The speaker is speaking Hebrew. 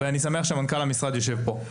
ואני שמח שמנכ"ל המשרד יושב פה,